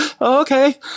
Okay